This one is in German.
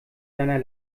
seiner